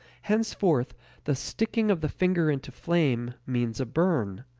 henceforth the sticking of the finger into flame means a burn.